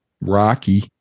Rocky